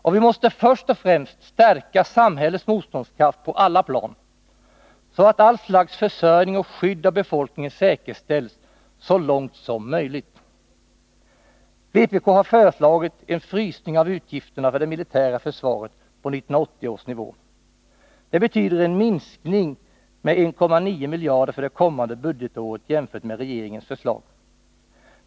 Och vi måste först och främst stärka samhällets motståndskraft på alla plan, så att allt slags försörjning och skydd av befolkningen säkerställs så långt som möjligt. Vpk har föreslagit en frysning av utgifterna för det militära försvaret på 1980 års nivå. Det betyder en minskning med 1,9 miljarder för det kommande budgetåret jämfört med regeringens förslag.